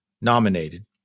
nominated